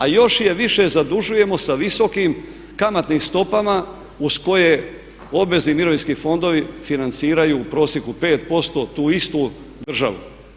A još je više zadužujemo sa visokim kamatnim stopama uz koje obvezni mirovinski fondovi financiraju u prosjeku 5% tu istu državu.